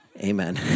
Amen